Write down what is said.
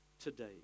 today